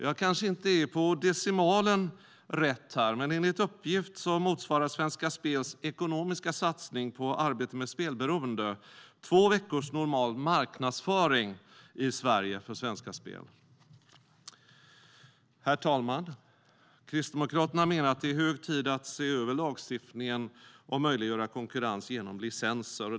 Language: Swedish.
Jag kanske inte är på decimalen rätt, men enligt uppgift motsvarar Svenska Spels ekonomiska satsning på arbete med spelberoende två veckors normal marknadsföring i Sverige för Svenska Spel. Herr talman! Kristdemokraterna menar att det är hög tid att se över lagstiftningen och möjliggöra konkurrens genom licenser.